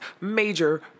Major